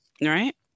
right